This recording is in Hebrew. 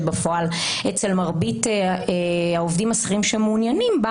בפועל אצל מרבית העובדים השכירים שמעוניינים בה